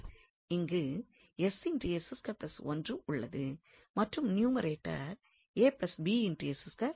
இங்கு உள்ளது மற்றும் நியூமரேட்டர் என்றும் கிடைக்கிறது